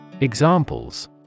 Examples